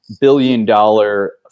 billion-dollar